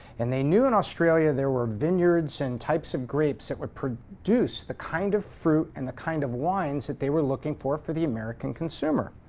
and they knew in australia there were vineyards and types of grapes that produced the kind of fruit and the kind of wines that they were looking for for the american consumer.